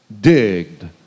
digged